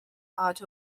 art